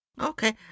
Okay